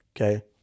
okay